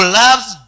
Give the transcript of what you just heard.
loves